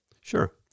Sure